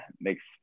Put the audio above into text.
makes